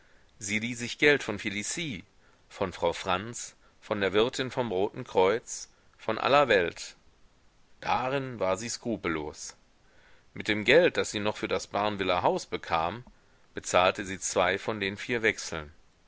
sie lieh sich geld von felicie von frau franz von der wirtin vom roten kreuz von aller welt darin war sie skrupellos mit dem geld das sie noch für das barneviller haus bekam bezahlte sie zwei von den vier wechseln